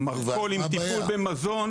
טיפול במזון